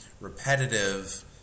repetitive